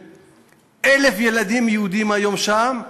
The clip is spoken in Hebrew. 1,000 ילדים יהודים יש שם היום.